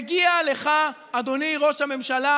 מגיע לך, אדוני ראש הממשלה,